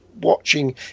watching